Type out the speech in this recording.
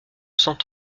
cent